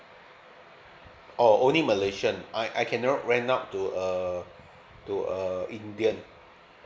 oh only malaysian I I can never rent out to a to a indian